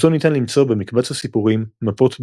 אותו ניתן למצוא במקבץ הסיפורים "מפות במראה".